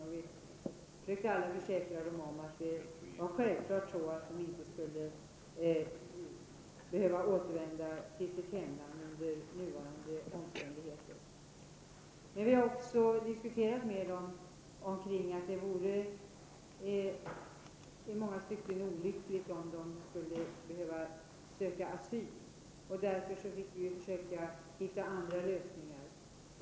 Vi försökte alla försäkra de kinesiska studenterna om att de självfallet inte skulle behöva återvända till sitt hemland under nuvarande omständigheter. Vi har också diskuterat med dem om att det i många stycken vore olyckligt om de skulle behöva söka asyl. Därför fick vi försöka hitta andra lösningar.